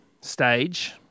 stage